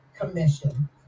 commission